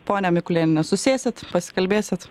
ponia mikulėniene susėsit pasikalbėsit